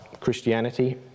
Christianity